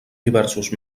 diversos